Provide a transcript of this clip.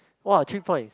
!wow! three point